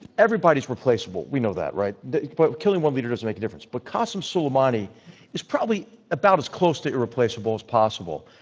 everybody's replaceable. we know that, right? but killing one leader doesn't make a difference. but qasem soleimani is probably about as close to irreplaceable as possible,